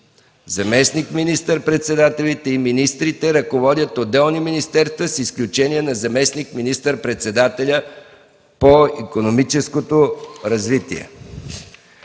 Заместник министър-председателите и министрите ръководят отделни министерства, с изключение на заместник министър-председателя по икономическото развитие.”